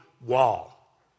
wall